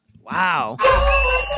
Wow